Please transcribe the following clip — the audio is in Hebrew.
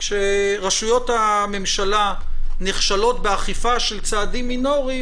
כשרשויות הממשלה נכשלות באכיפה של צעדים מינוריים,